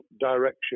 direction